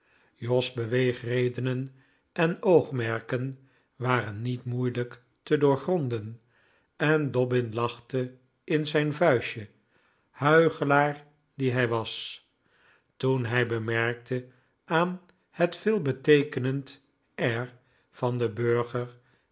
jos beweegredenen en oogmerken waren niet mooj te doorgronden en dobbin lachte in zijn vuistje huichelaar die hij was toen hij bemerkte aan het veelbeteekenend air van den burger